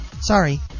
sorry